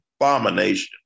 abomination